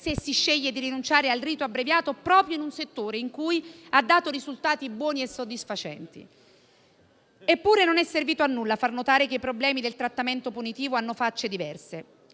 se si sceglie di rinunciare al rito abbreviato proprio in un settore in cui ha dato risultati buoni e soddisfacenti. Eppure non è servito a nulla far notare che i problemi del trattamento punitivo hanno facce diverse.